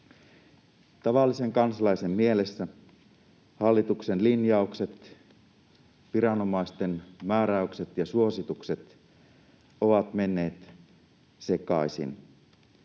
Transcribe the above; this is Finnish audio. Tavallisen kansalaisen mielessä hallituksen linjaukset, viranomaisten määräykset ja suositukset ovat menneet sekaisin.